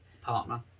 Partner